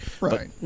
Right